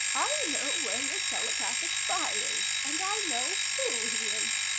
i know where your telepathic spy is. and i know who he is.